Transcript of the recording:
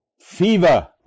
fever